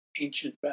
ancient